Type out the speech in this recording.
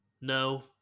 No